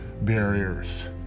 barriers